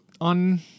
on